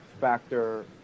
factor